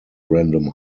random